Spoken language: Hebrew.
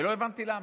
ולא הבנתי למה.